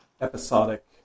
episodic